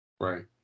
Right